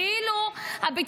כאילו המשטרה,